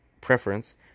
preference